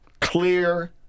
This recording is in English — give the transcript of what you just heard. clear